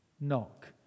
Knock